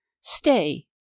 Stay